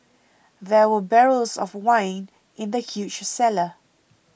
there were barrels of wine in the huge cellar